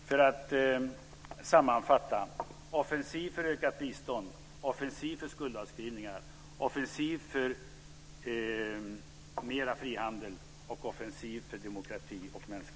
För att sammanfatta: - Offensiv för mer frihandel.